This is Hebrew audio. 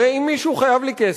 הרי אם מישהו חייב לי כסף,